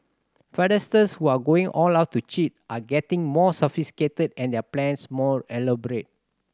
fraudsters who are going all out to cheat are getting more sophisticated and their plans more elaborate